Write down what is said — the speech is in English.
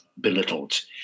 belittled